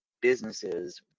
businesses